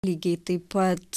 lygiai taip pat